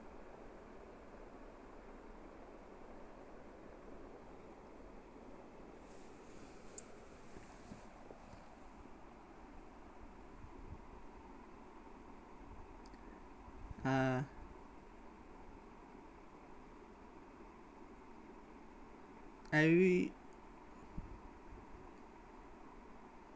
uh I really